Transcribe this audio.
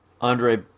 Andre